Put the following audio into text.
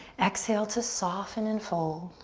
exhale to soften and fold.